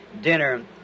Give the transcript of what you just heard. dinner